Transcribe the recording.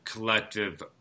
collective